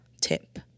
tip